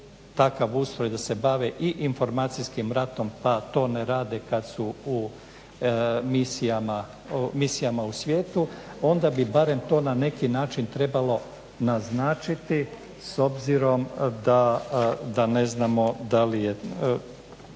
takav ustroj da se bave i informacijskim ratom pa to ne rade kad su u misijama u svijetu, onda bi barem to na neki način trebalo naznačiti s obzirom da ne znamo da li se